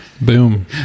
Boom